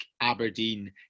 Aberdeen